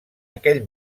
aquell